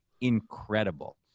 incredible